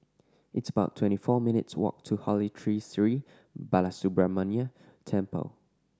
it's about twenty four minutes' walk to Holy Tree Sri Balasubramaniar Temple